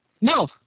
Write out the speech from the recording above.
No